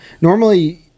normally –